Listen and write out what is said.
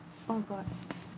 oh god